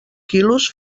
quilos